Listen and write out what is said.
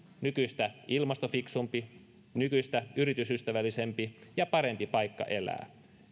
nykyistä ilmastofiksumpi nykyistä yritysystävällisempi ja parempi paikka elää